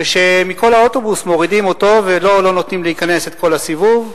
ושמכל האוטובוס מורידים אותו ולו לא נותנים להיכנס את כל הסיבוב,